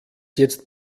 jetzt